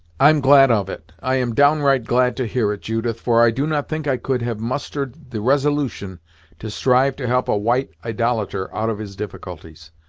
i'm glad of it i am downright glad to hear it, judith, for i do not think i could have mustered the resolution to strive to help a white idolater out of his difficulties!